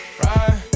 right